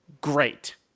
great